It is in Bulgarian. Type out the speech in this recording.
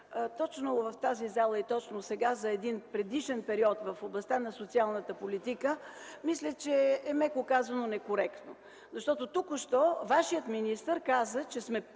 точно в тази зала и точно сега, за един предишен период в областта на социалната политика, мисля, че е меко казано некоректно. Защото току-що вашият министър каза, че сме